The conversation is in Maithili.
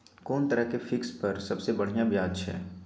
कोन तरह के फिक्स पर सबसे बढ़िया ब्याज छै?